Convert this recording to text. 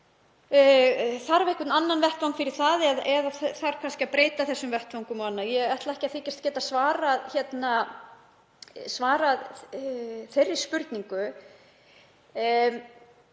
Þarf einhvern annan vettvang fyrir það eða þarf kannski að breyta þessum vettvöngum og öðru? Ég ætla ekki að þykjast geta svarað þeirri spurningu